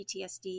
PTSD